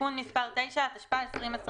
(תיקון מס' 9), התשפ"א-2021